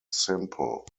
simple